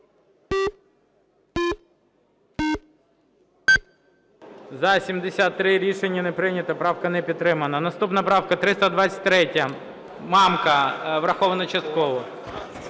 За-73 Рішення не прийнято. Правка не підтримана. Наступна правка 323, Мамка. Враховано частково.